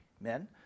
men